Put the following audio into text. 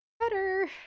Better